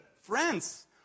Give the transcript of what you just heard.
France